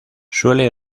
suele